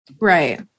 Right